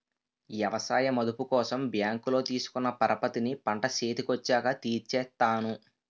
ఎవసాయ మదుపు కోసం బ్యాంకులో తీసుకున్న పరపతిని పంట సేతికొచ్చాక తీర్సేత్తాను